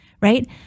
Right